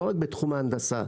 לא רק בתחום ההנדסה.